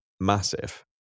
massive